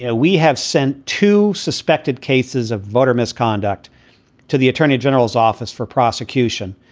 yeah we have sent two suspected cases of voter misconduct to the attorney general's office for prosecution.